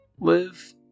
live